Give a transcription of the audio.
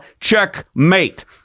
Checkmate